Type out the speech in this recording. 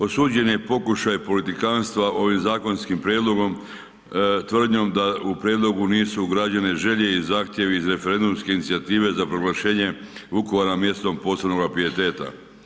Osuđen je pokušaj politikantstva ovim zakonskim prijedlogom tvrdnjom da u prijedlogu nisu ugrađene želje i zahtjevi za referendumske inicijative za proglašenje Vukovara mjestom posebnoga pijeteta.